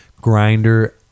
grinder